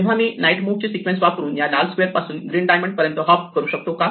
तेव्हा मी knight move ची सिक्वेन्स वापरून या लाल स्क्वेअर पासून ग्रीन डायमंड पर्यंत हॉप करू शकतो का